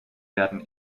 werden